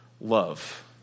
love